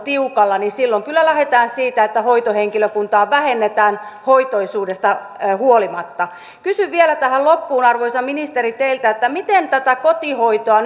tiukalla niin silloin kyllä lähdetään siitä että hoitohenkilökuntaa vähennetään hoitoisuudesta huolimatta kysyn vielä tähän loppuun arvoisa ministeri teiltä miten tätä kotihoitoa